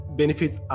benefits